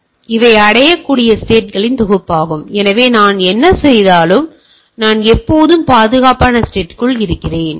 எனவே இவை அடையக்கூடிய ஸ்டேட்களின் தொகுப்பாகும் எனவே நான் என்ன செய்தாலும் நான் எப்போதும் பாதுகாப்பான ஸ்டேட்ற்குள் இருக்கிறேன்